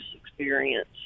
experience